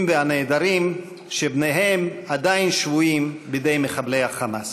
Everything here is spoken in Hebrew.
והנעדרים שבניהן עדיין שבויים בידי מחבלי החמאס.